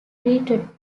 treated